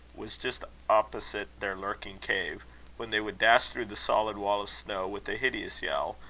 was just opposite their lurking cave when they would dash through the solid wall of snow with a hideous yell,